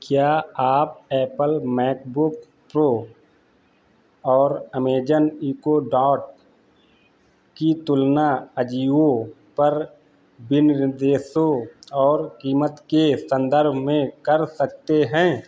क्या आप Apple MacBook Pro और अमेज़न इको डॉट की तुलना अजियो पर विनिर्देशों और कीमत के संदर्भ में कर सकते हैं